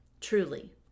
Truly